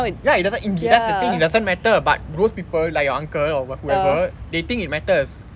ya it doesn't that's the thing it doesn't matter but those people like your uncle or whoever they think it matters